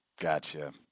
Gotcha